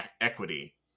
equity